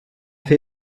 fer